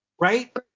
right